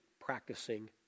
practicing